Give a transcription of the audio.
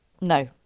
No